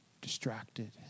distracted